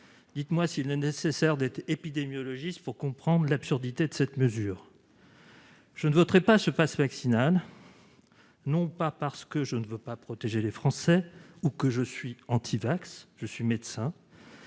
dites-moi s'il est nécessaire d'être épidémiologiste pour comprendre l'absurdité de cette mesure ! Je ne voterai pas le passe vaccinal, non pas parce que je ne veux pas protéger les Français ou que je suis antivax- je suis médecin